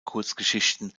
kurzgeschichten